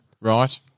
Right